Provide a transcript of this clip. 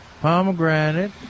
Pomegranate